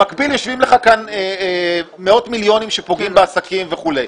במקביל יושבים לך כאן מאות מיליוני שקלים שפוגעים בעסקים וכולי.